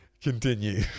continue